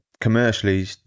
commercially